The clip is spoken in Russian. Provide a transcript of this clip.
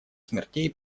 смертей